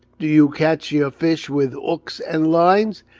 do you catch your fish with ooks and lines?